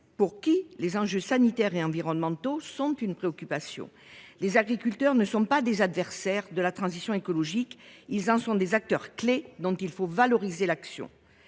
par les enjeux sanitaires et environnementaux. Les agriculteurs ne sont pas des adversaires de la transition écologique : ils en sont des acteurs clés dont il faut valoriser l’action.